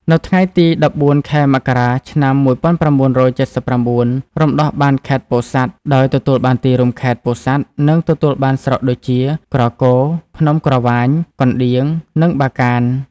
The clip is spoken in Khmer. នៅថ្ងៃទី ១៤ ខែមករា ឆ្នាំ ១៩៧៩ រំដោះបានខេត្តពោធិ៍សាត់ ដោយទទួលបានទីរួមខេត្ត ពោធិ៍សាត់ និងទទួលបានស្រុកដូចជា ក្រគរ ភ្នំក្រវាញ កណ្តៀង និងបាកាន។